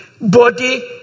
body